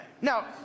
Now